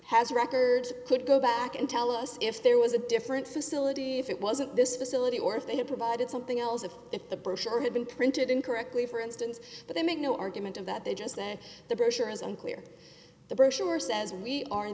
a record could go back and tell us if there was a different facility if it wasn't this facility or if they had provided something else and if the brochure had been printed incorrectly for instance but they make no argument of that they just said the brochure is unclear the brochure says we are in